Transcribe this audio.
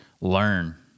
learn